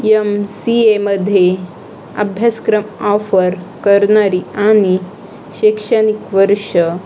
M C एमध्ये अभ्यासक्रम offer करणारी आणि शैक्षणिक वर्ष